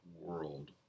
world